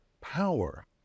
power